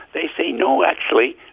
they say, no, actually,